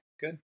good